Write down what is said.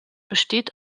besteht